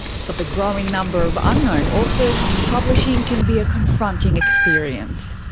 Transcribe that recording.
for the growing number of unknown authors, publishing can be a confronting experience.